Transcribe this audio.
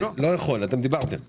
האם הוא קרא גם את המחקרים מהעולם,